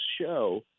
show